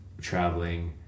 traveling